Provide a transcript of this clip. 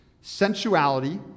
Sensuality